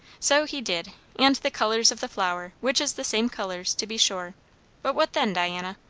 so he did and the colours of the flowers, which is the same colours, to be sure but what then, diana?